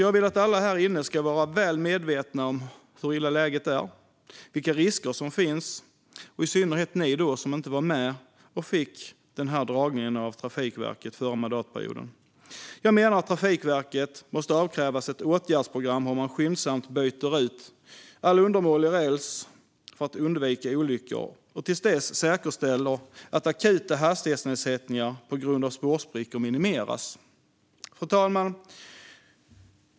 Jag vill att alla här inne ska vara medvetna om hur dåligt läget är och vilka risker som finns. Det gäller i synnerhet er som inte var med och fick Trafikverkets dragning förra mandatperioden. Jag menar att Trafikverket måste avkrävas ett åtgärdsprogram för hur man skyndsamt byter ut all undermålig räls för att undvika olyckor. Till dess måste man säkerställa att akuta hastighetsnedsättningar på grund av spårsprickor minimeras. Fru talman!